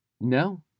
No